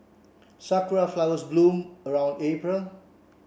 sakura flowers bloom around April